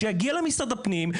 שיגיע למשרד הפנים,